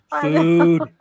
Food